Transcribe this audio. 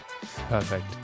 Perfect